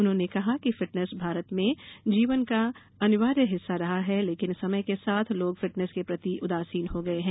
उन्होंने कहा कि फिटनेस भारत में जीवन का अनिवार्य हिस्सा रहा है लेकिन समय के साथ लोग फिटनेस के प्रति उदासीन हो गये हैं